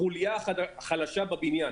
החוליה החלשה בבניין,